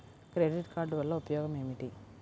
Credit card వల్ల ఉపయోగం ఏమిటీ?